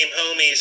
homies